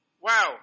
wow